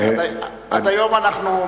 עד היום אנחנו,